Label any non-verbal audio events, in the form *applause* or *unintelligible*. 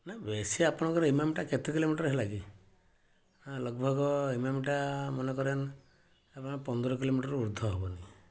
*unintelligible* ବେଶି ଆପଣଙ୍କର ଇମାମିଟା କେତେ କିଲୋମିଟର ହେଲା କି ଲଗ୍ଭଗ୍ ଇମାମିଟା ମନେକର *unintelligible* ପନ୍ଦର କିଲୋମିଟରରୁ ଉର୍ଦ୍ଧ୍ୱ ହେବନି